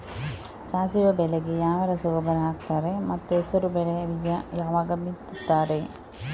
ಸಾಸಿವೆ ಬೆಳೆಗೆ ಯಾವ ರಸಗೊಬ್ಬರ ಹಾಕ್ತಾರೆ ಮತ್ತು ಹೆಸರುಬೇಳೆ ಬೀಜ ಯಾವಾಗ ಬಿತ್ತುತ್ತಾರೆ?